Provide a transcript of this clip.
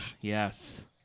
Yes